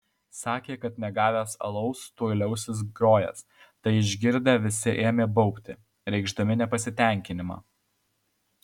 sakė kad negavęs alaus tuoj liausis grojęs tai išgirdę visi ėmė baubti reikšdami nepasitenkinimą